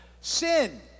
Sin